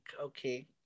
Okay